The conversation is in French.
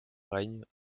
règne